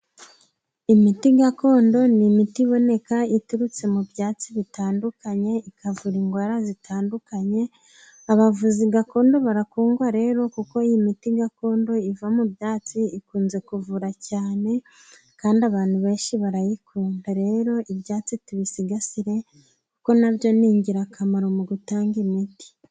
Imiti gakondo ni imiti iboneka iturutse mu byatsi bitandukanye. Ikavura indwara zitandukanye. Abavuzi gakondo barakundwa rero, kuko iyi miti gakondo iva mu byatsi ikunze kuvura cyane, kandi abantu benshi barayikunda. Rero ibyatsi tubisigasire kuko na byo ni ingirakamaro mu gutanga imiti.